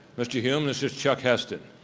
mr. hume this is chuck heston,